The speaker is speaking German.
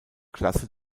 klasse